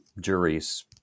Juries